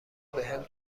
بهم